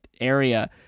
area